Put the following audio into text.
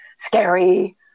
scary